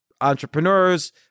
entrepreneurs